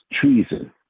treason